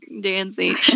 dancing